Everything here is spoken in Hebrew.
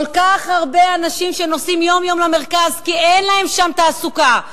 כל כך הרבה אנשים נוסעים יום-יום למרכז כי אין להם שם תעסוקה,